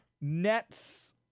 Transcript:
Nets